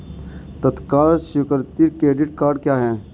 तत्काल स्वीकृति credit cards क्या हैं?